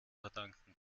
verdanken